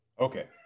Okay